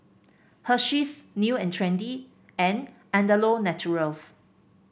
Hersheys New And Trendy and Andalou Naturals